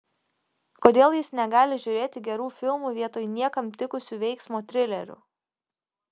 kodėl jis negali žiūrėti gerų filmų vietoj niekam tikusių veiksmo trilerių